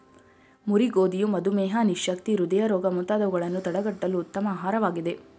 ಮುರಿ ಗೋಧಿಯು ಮಧುಮೇಹ, ನಿಶಕ್ತಿ, ಹೃದಯ ರೋಗ ಮುಂತಾದವುಗಳನ್ನು ತಡಗಟ್ಟಲು ಉತ್ತಮ ಆಹಾರವಾಗಿದೆ